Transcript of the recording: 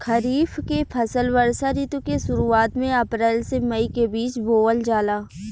खरीफ के फसल वर्षा ऋतु के शुरुआत में अप्रैल से मई के बीच बोअल जाला